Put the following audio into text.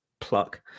pluck